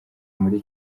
muri